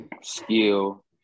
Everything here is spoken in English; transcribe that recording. skill